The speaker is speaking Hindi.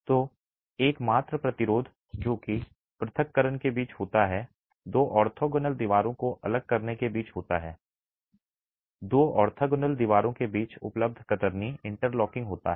तो एकमात्र प्रतिरोध जो कि पृथक्करण के बीच होता है दो ऑर्थोगोनल दीवारों को अलग करने के बीच होता है दो ऑर्थोगोनल दीवारों के बीच उपलब्ध कतरनी इंटरलॉकिंग होता है